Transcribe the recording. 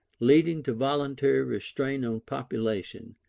leading to voluntary restraint on population,